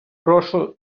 прошу